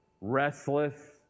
restless